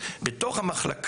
אז למה זה לא קורה מחר?